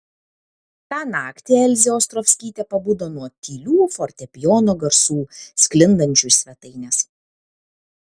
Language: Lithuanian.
tą naktį elzė ostrovskytė pabudo nuo tylių fortepijono garsų sklindančių iš svetainės